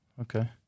Okay